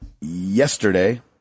yesterday